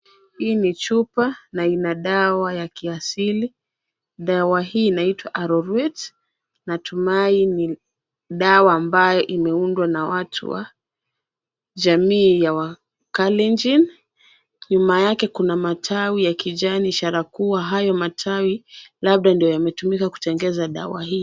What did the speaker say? Hii ni chupa na ina dawa ya kiasili. Dawa hii inaitwa Arorwet. Natumai ni dawa ambayo imeundwa na watu wa jamii ya Wakalenjin. Nyuma yake kuna matawi ya kijani sharakuwa hayo matawi labda ndiyo yametumika kutengeza dawa hii.